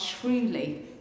truly